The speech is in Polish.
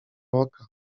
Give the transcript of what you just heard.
oka